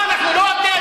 מה, אנחנו לא בני-אדם?